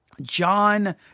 john